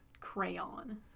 Crayon